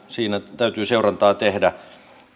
siinä täytyy seurantaa tehdä